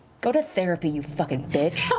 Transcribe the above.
go to therapy, you fucking bitch.